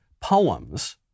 poems